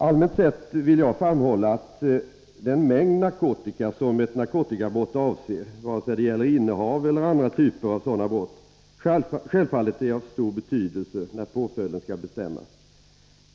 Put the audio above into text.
Allmänt sett vill jag framhålla att den mängd narkotika som ett narkotikabrott avser — vare sig det gäller innehav eller andra typer av sådant brott — självfallet är av stor betydelse när påföljden skall bestämmas.